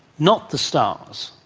not the stars.